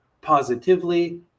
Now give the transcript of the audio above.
positively